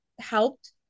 helped